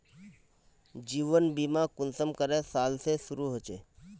जीवन बीमा कुंसम करे साल से शुरू होचए?